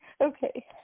Okay